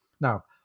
Now